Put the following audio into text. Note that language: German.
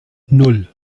nan